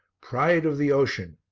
pride of the ocean,